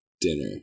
dinner